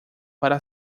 para